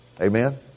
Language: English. Amen